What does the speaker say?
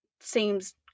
seems